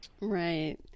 Right